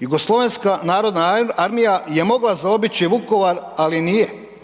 Jugoslavenska narodna armija je mogla zaobići Vukovar, ali nije.